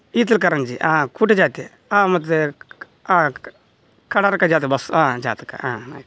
ಇಚಲಕರಂಜಿ ಕುಟ್ ಜಾತೆ ಮತ್ತು ಕಡಾರ ಕ ಜಾತ ಬಸ್ ಹಾಂ ಜಾತ ಕ ಆಯ್ತು